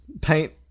paint